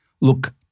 look